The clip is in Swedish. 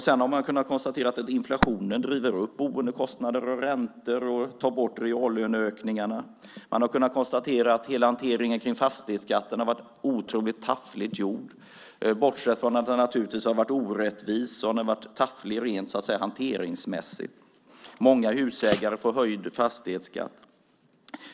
Sedan har man kunnat konstatera att inflationen driver upp boendekostnader och räntor samt tar bort reallöneökningarna. Man har kunnat konstatera att hela hanteringen kring fastighetsskatten har varit otroligt taffligt gjord. Bortsett från att den naturligtvis har varit orättvis har den varit tafflig rent hanteringsmässigt. Många husägare får höjd fastighetsskatt.